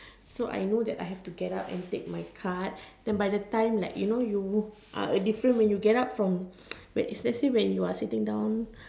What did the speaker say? so I know that I will have to get up and take my card then by the time like you know you are like different when you get up from its let's say when you are sitting down